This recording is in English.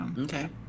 Okay